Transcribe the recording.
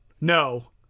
no